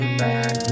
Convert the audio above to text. back